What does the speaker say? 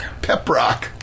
Peprock